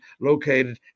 located